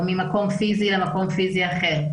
או ממקום פיזי למקום פיזי אחר,